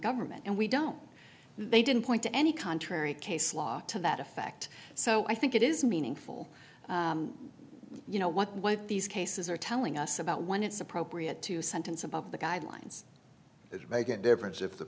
government and we don't they didn't point to any contrary case law to that effect so i think it is meaningful you know what what these cases are telling us about when it's appropriate to sentence above the guidelines that make a difference if the